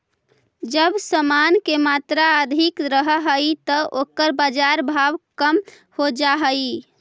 जब समान के मात्रा अधिक रहऽ हई त ओकर बाजार भाव कम हो जा हई